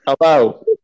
hello